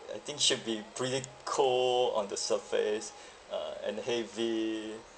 I think should be pretty cold on the surface ah and heavy